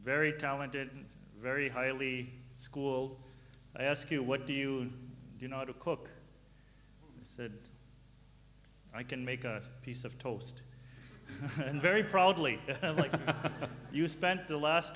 very talented very highly schooled i ask you what do you do you know how to cook that i can make a piece of toast and very probably you spent the last